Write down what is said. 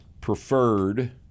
preferred